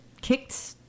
kicked